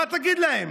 מה תגיד להם,